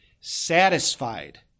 satisfied